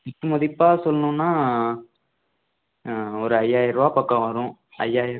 குத்து மதிப்பாக சொல்லணுன்னா ஒரு ஐயாயிரூபா பக்கம் வரும் ஐயாயிரம்